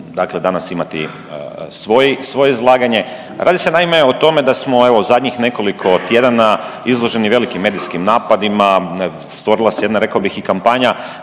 dakle danas imati svoj, svoje izlaganje. Radi se naime o tome da smo evo zadnjih nekoliko tjedana izloženi velikim medijskim napadima, stvorila se jedna rekao bih i kampanja